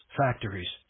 factories